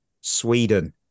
sweden